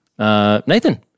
Nathan